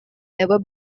never